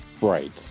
Right